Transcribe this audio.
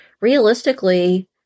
realistically